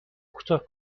کوتاه